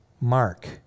mark